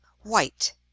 white